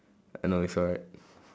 I know it's alright